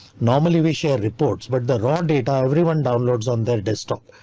normally we share reports, but the raw data everyone downloads on their desktop,